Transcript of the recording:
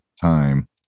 time